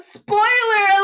spoiler